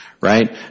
right